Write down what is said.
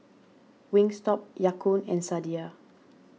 Wingstop Ya Kun and Sadia